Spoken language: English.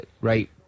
right